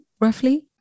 roughly